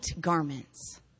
garments